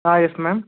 yes ma'am